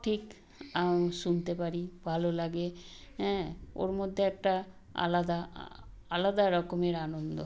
ঠিক শুনতে পারি ভালো লাগে অ্যাঁ ওর মধ্যে একটা আলাদা আলাদা রকমের আনন্দ